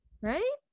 right